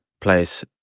place